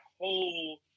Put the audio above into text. whole